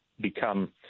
become